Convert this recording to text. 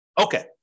Okay